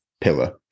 pillar